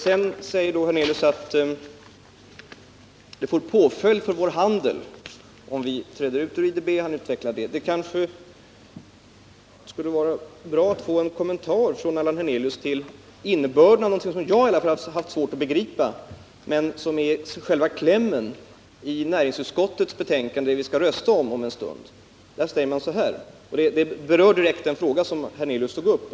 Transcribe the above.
Sedan säger han att om vi utträder ur IDB får detta påföljd för vår handel. Då kanske det vore bra att få en kommentar från Allan Hernelius om innebörden i något som i alla fall jag har haft svårt att begripa, men som är själva klämmen i utskottets betänkande som vi om en stund skall rösta om. Det berör den fråga Allan Hernelius tog upp.